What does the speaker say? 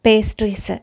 pastries